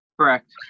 Correct